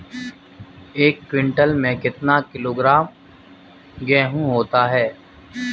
एक क्विंटल में कितना किलोग्राम गेहूँ होता है?